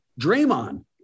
Draymond